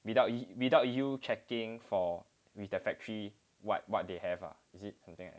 without without you checking for with the factory what what they have ah is it something